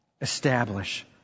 Establish